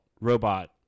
robot